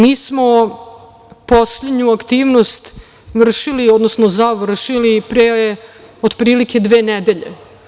Mi smo poslednju aktivnost vršili, odnosno završili pre otprilike dve nedelje.